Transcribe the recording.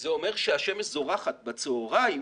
זה אומר שהשמש זורחת בצוהריים,